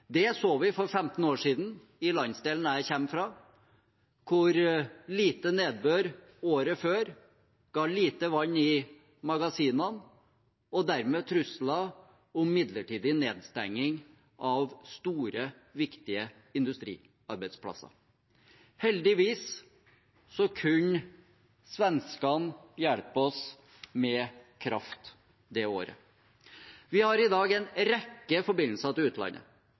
Det så vi for 15 år siden i landsdelen jeg kommer fra, hvor lite nedbør året før ga lite vann i magasinene og dermed trusler om midlertidig nedstenging av store, viktige industriarbeidsplasser. Heldigvis kunne svenskene hjelpe oss med kraft det året. Vi har i dag en rekke forbindelser til utlandet.